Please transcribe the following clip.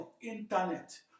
internet